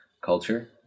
culture